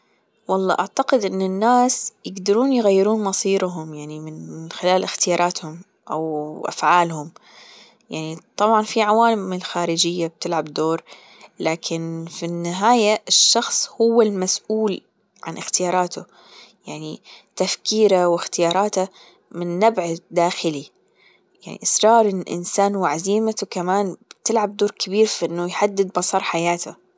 والله أعتقد إن الناس يقدرون يغيرون مصيرهم يعني من خلال إختياراتهم أو أفعالهم يعني طبعا في عوالم من خارجية بتلعب دور لكن في النهاية الشخص هو المسئول عن إختياراته يعني تفكيره وإختياراته من نبع داخلي يعني إصرار الإنسان وعزيمته كمان بتلعب دور كبير في إنه يحدد مسار حياته.